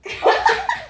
Tiktok